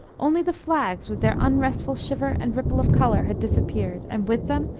only the flags, with their unrestful shiver and ripple of colour, had disappeared, and, with them,